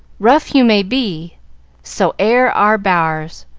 rough you may be so air our barrs.